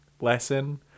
lesson